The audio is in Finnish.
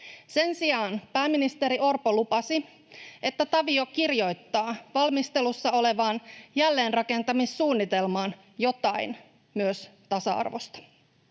Sen sijaan pääministeri Orpo lupasi, että Tavio kirjoittaa valmistelussa olevaan jälleenrakentamissuunnitelmaan jotain myös tasa-arvosta.